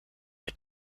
mit